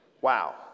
Wow